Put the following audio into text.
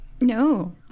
No